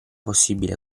possibile